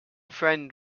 friend